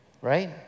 right